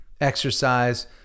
exercise